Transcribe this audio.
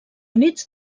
units